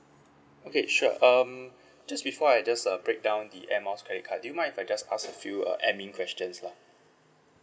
okay sure um just before I just uh breakdown the air miles credit card do you mind if I just ask a few uh admin questions lah